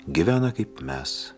gyvena kaip mes